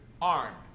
armed